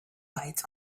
bites